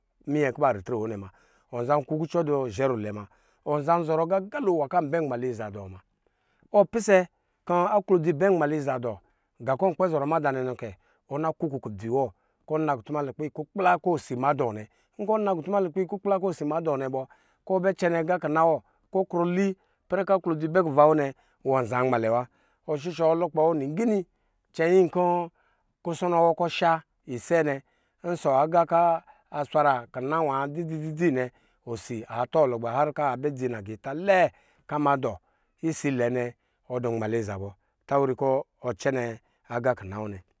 Munye kɔ ba dɔ ritre wɔ nɛ mana ɔnza kuku cɔ du zhɛrulwɛ muna ɔnza zɔrɔ agaga lo nwa kɔ anbɛ nmaliza dɔɔ ma ɔ pisɛ kɔ aklodzl abɛ nmaliza du gankɔ ɔnzɔrɔ mada nɛkɛ ɔna kuku kudzi wɔ kɔ nakutuma lukpɛ ikukpla kɔ osi ama dɔɔ nɛ nkɔ ɔna kutuma lukpɛ ikukpla kɔ osi ama dɔɔ nɛ bɔ kɔ ɔbɛ cɛnɛ aga kina wɔ kɔ ɔkrɔ li ipɛrɛ kɔ wɔn za mmalɛ wa? Shushuɔ wɔ lukpɛ wɔ lingini cɛnyin kɔ kusɔnɔ wɔ kɔ ɔsha isɛ nɛ aga kɔ a swara kina nwa dzi dzi dzi nɛ atɔ lugba har kɔ abɛ dzi lagita lɛɛ isilɛ nɛ wɔ dɔ nmalɛza bɔ cɛnyi kɔ ɔ cɛnɛ aga kina wɔ nɛ.